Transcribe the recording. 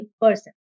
person